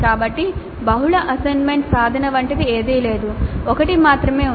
కాబట్టి బహుళ అసెస్మెంట్ సాధన వంటిది ఏదీ లేదు ఒకటి మాత్రమే ఉంది